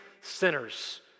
sinners